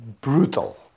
brutal